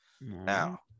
Now